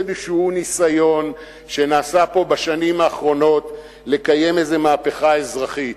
ניסיון שנעשה פה בשנים האחרונות לקיים איזה מהפכה אזרחית.